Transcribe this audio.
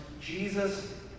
Jesus